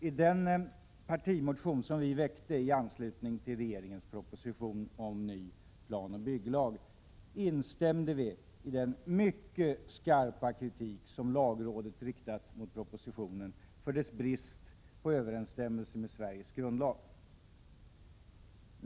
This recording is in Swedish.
I den partimotion som vi väckte i anslutning till regeringens proposition om ny planoch bygglag instämde vi i den mycket skarpa kritik som lagrådet riktat mot propositionen för dess brist på överensstämmelse med Sveriges grundlag.